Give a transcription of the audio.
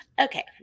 okay